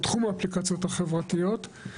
בתחום האפליקציות החברתיות,